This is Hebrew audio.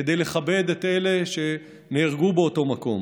כדי לכבד את אלה שנהרגו באותו מקום.